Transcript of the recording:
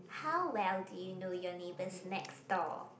how well do you know your neighbours next door